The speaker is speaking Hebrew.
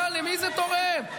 למי זה תורם?